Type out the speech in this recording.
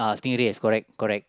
stingrays correct correct